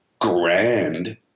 grand